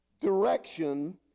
direction